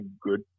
good